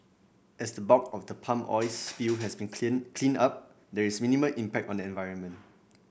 as the bulk of the palm oil spill has been clean cleaned up there is minimal impact on the environment